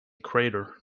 crater